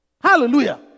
Hallelujah